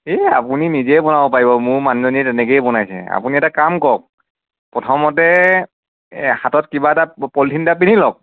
এই আপুনি নিজে বনাব পাৰিব মোৰ মানুহজনীয়ে তেনেকৈয়ে বনাইছে আপুনি এটা কাম কৰক প্ৰথমতে হাতত কিবা এটা পলিথিন এটা পিন্ধি লওক